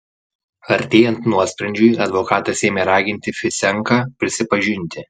artėjant nuosprendžiui advokatas ėmė raginti fisenką prisipažinti